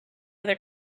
other